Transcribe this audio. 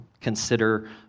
consider